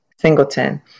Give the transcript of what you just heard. Singleton